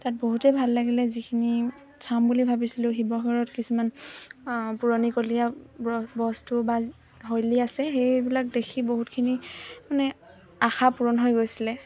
তাত বহুতেই ভাল লাগিলে যিখিনি চাম বুলি ভাবিছিলোঁ শিৱসাগৰত কিছুমান পুৰণিকলীয়া ব বস্তু বা শৈলী আছে সেইবিলাক দেখি বহুতখিনি মানে আশা পূৰণ হৈ গৈছিলে